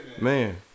Man